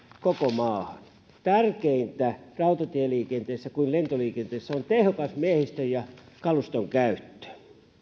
koko maahan tärkeintä rautatieliikenteessä niin kuin lentoliikenteessä on tehokas miehistön ja kaluston käyttö